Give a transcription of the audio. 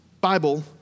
bible